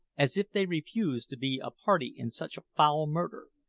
as if they refused to be a party in such a foul murder,